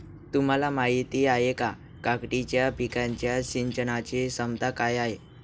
तुम्हाला माहिती आहे का, काकडीच्या पिकाच्या सिंचनाचे क्षमता काय आहे?